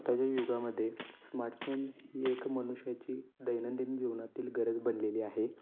आताच्या युगामध्ये स्मार्ट्सफोन ही एक मनुष्याची दैनंदिन जीवनातील गरज बनलेली आहे